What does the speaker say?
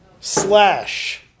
slash